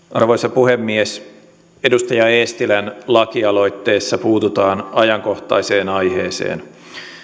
arvoisa puhemies edustaja eestilän lakialoitteessa puututaan ajankohtaiseen aiheeseen